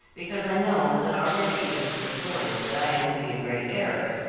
because i know that already it is reported that i am to be a great heiress.